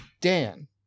Dan